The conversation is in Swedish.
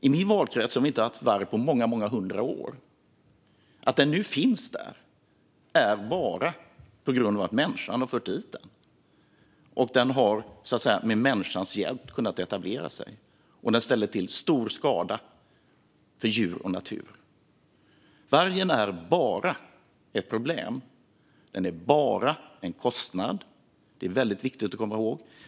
I min valkrets har vi inte haft varg på många hundra år. Att den nu finns där är bara på grund av att människan har fört dit den. Den har med människans hjälp kunnat etablera sig, och den ställer till stor skada för djur och natur. Vargen är bara ett problem. Den är bara en kostnad. Det är väldigt viktigt att komma ihåg.